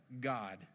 God